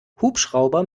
hubschrauber